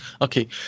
Okay